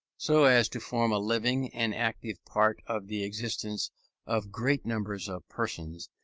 so as to form a living and active part of the existence of great numbers of persons,